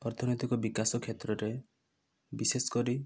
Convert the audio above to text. ଅର୍ଥନୈତିକ ବିକାଶ କ୍ଷେତ୍ରରେ ବିଶେଷ କରି